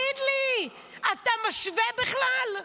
אתה משווה בכלל?